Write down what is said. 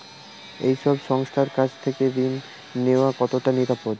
এই সব সংস্থার কাছ থেকে ঋণ নেওয়া কতটা নিরাপদ?